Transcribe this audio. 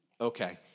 okay